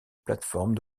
plateforme